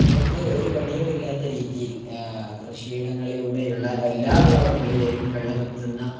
നമുക്ക് ഒരു പണിയുമില്ലാത്ത രീതിയിൽ കൃഷിയിടങ്ങളിലൂടെയുള്ള എല്ലാ ഭാഗങ്ങളിലേക്കും വെള്ളമെത്തുന്ന